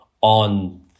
on